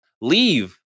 leave